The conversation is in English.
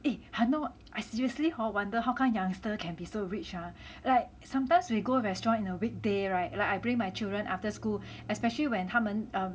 eh hannor I seriously hor wonder how come youngsters can be so rich ah like sometimes we go restaurant in a weekday [right] like I bring my children after school especially when 他们